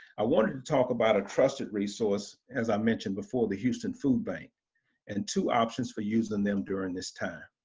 i wanted to talk about a trusted resource, as i mentioned before, the houston food bank and two options for using them during this time.